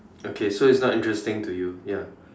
okay so it's not interesting to you ya